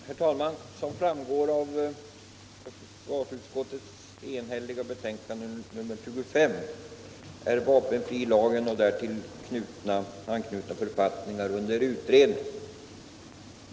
Herr talman! Som framgår av försvarsutskottets enhälliga betänkande nr 25 är vapenfrilagen och därtill anknutna författningar under utredning.